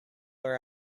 are